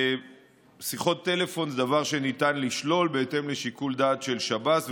שיחות טלפון הן דבר שניתן לשלול בהתאם לשיקול דעת של שב"ס,